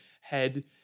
head